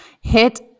hit